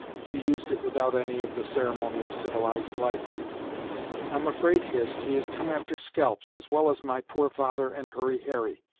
she used it without any of the ceremony of civilized life i'm afraid hist, he has come after scalps, as well as my poor father and hurry harry.